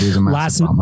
Last